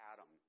Adam